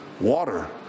water